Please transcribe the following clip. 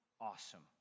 awesome